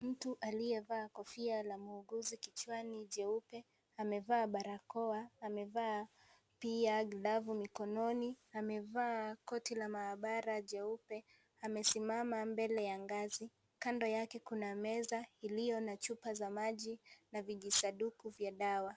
Mtu aliyevaaa kofia la muuguzi kichwani jeupe amevaa barakoa, amevaa pia glavu mikononi, amevaa koti la maabara jeupe amesimama mbele ya ngazi kando yake kuna meza iiyo na chupa za maji na vijisanduku vya dawa.